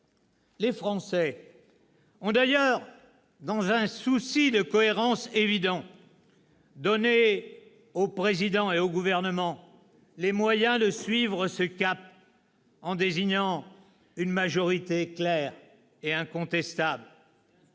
Les Français ont, d'ailleurs, dans un souci de cohérence évident, donné au Président et au Gouvernement les moyens de suivre ce cap en désignant une majorité claire et incontestable.